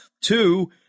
Two